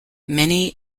many